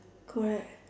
correct